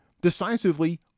decisively